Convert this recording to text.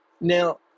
Now